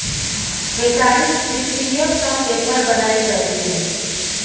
केतारीक सिट्ठीयो सँ पेपर बनाएल जाइ छै